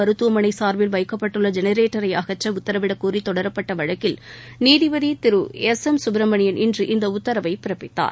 மருத்துவமனைசார்பில் வைக்கப்பட்டுள்ளஜெனரேட்டரைஅகற்றஉத்தரவிடக்கோரிதொடரப்பட்டவழக்கில் நீதிபதிதிரு S M Subramaniam இன்று இந்தஉத்தரவைபிறப்பித்தார்